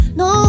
no